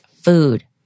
food